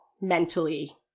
mentally